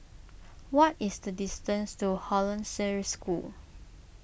what is the distance to Hollandse School